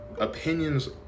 opinions